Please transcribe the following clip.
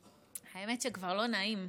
האמת שכבר לא נעים.